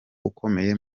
ukomeye